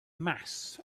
mass